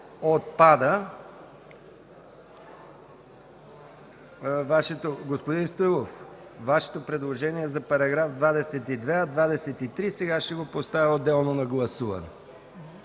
отпада. Господин Стоилов, Вашето предложение за § 22, а § 23 сега ще го поставя отделно на гласуване.